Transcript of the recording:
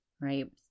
right